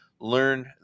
learn